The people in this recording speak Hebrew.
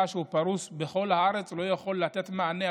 בשפה הרוסית 8 אנדרי קוז'ינוב (יש עתיד-תל"ם):